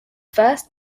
first